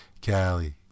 Cali